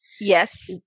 Yes